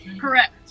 Correct